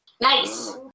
Nice